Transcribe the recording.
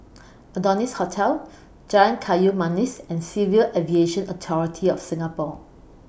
Adonis Hotel Jalan Kayu Manis and Civil Aviation Authority of Singapore